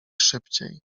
szybciej